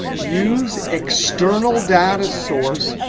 use external data source,